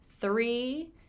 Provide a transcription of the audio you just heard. three